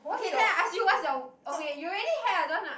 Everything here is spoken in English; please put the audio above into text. okay then I ask you what's your away you already have I don't want nah